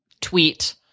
tweet